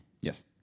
Yes